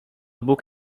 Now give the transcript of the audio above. bóg